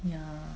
ya